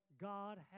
God